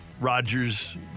Rodgers